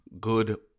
good